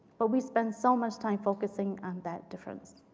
but we spend so much time focusing on that difference.